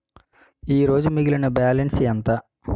ఈరోజు మిగిలిన బ్యాలెన్స్ ఎంత?